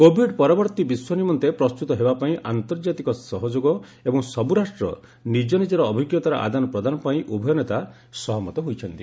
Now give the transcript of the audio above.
Covid ପରବର୍ତ୍ତୀ ବିଶ୍ୱ ନିମନ୍ତେ ପ୍ରସ୍ତୁତ ହେବାପାଇଁ ଆନ୍ତର୍ଜାତିକ ସହଯୋଗ ଏବଂ ସବ୍ର ରାଷ୍ଟ୍ର ନିକ ନିକର ଅଭିଜ୍ଞତାର ଆଦାନ ପ୍ରଦାନ ପାଇଁ ଉଭୟ ନେତା ସହମତ ହୋଇଛନ୍ତି